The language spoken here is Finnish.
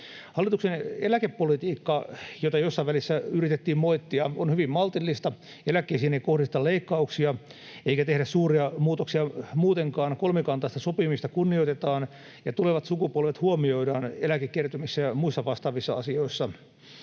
Hallituksen eläkepolitiikka, jota jossain välissä yritettiin moittia, on hyvin maltillista. Eläkkeisiin ei kohdisteta leikkauksia eikä tehdä suuria muutoksia muutenkaan, kolmikantaista sopimista kunnioitetaan ja tulevat sukupolvet huomioidaan eläkekertymissä ja muissa vastaavissa asioissa.